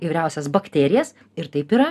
įvairiausias bakterijas ir taip yra